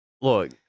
Look